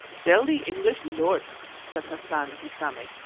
tell the english lord, said hassan to sammy,